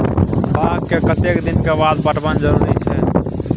बाग के कतेक दिन के बाद पटवन जरूरी छै?